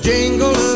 Jingle